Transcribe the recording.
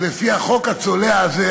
ובחוק הצולע הזה,